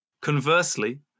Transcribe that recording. Conversely